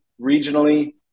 regionally